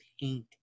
paint